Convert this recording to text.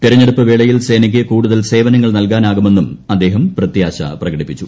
തെരഞ്ഞെടുപ്പ് വേളയിൽ സേനയ്ക്ക് കൂടുതൽ സേവനങ്ങൾ നൽകാനാകുമെന്നും അദ്ദേഹം പ്രത്യാശ പ്രകടിപ്പിച്ചു